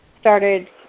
started